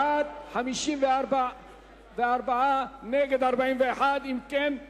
בעד, 41, נגד, 54. ההסתייגות לחלופין מס'